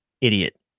idiot